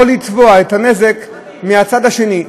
או לתבוע את הנזק מהצד השני.